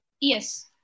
Yes